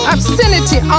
Obscenity